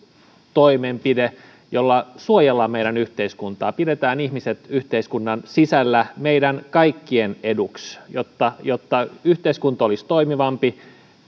toimenpide jolla suojellaan meidän yhteiskuntaa pidetään ihmiset yhteiskunnan sisällä meidän kaikkien eduksi jotta jotta yhteiskunta olisi toimivampi